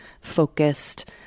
focused